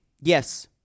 Yes